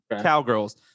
Cowgirls